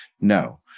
No